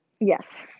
Yes